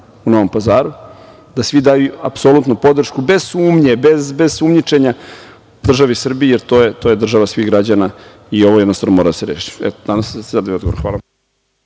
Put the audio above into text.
u Novom Pazaru, da svi daju apsolutnu podršku, bez sumnje, bez sumnjičenja državi Srbiji, jer to je država svih građana i ovo jednostavno mora da se reši. Nadam se da ste zadovoljni odgovorom. Hvala